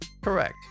Correct